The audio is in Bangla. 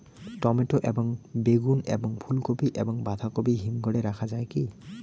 টমেটো এবং বেগুন এবং ফুলকপি এবং বাঁধাকপি হিমঘরে রাখা যায় কি?